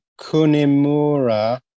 Kunimura